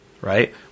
right